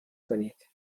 کنید